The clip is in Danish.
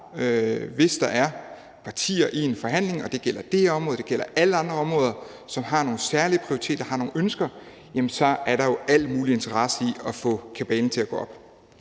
hvis der er partier i en forhandling – og det gælder det her område, det gælder alle andre områder – som har nogle særlige prioriteter, har nogle ønsker, så er der al mulig interesse i at få kabalen til at gå op.